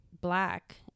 black